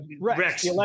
Rex